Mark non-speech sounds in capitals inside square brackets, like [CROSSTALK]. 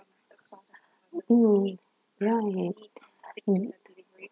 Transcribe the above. mm right [NOISE]